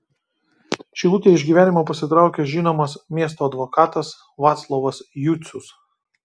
šilutėje iš gyvenimo pasitraukė žinomas miesto advokatas vaclovas jucius